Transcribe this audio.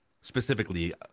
specifically